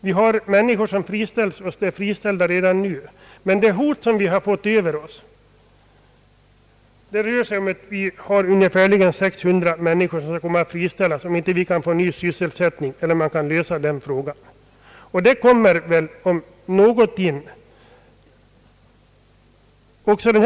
En del av dem är för övrigt redan friställda, men hotet berör som sagt ungefär 600 människor, om vi inte kan få ny sysselsättning för dem eller lösa frågan på annat sätt.